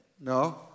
No